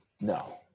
No